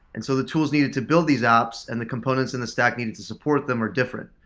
and so the tools needed to build these apps and the components in the stack needed to support them are different.